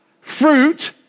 fruit